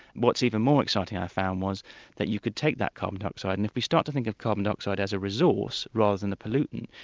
what's even more exciting i found was that you could take that carbon dioxide and if we start to think of carbon dioxide as a resource, rather than a pollutant,